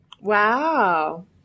Wow